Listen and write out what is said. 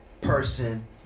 person